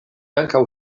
ankaŭ